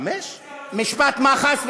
יש לך עוד חמש שניות, חבר הכנסת ממ"ז.